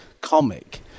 comic